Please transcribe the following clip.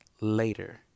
later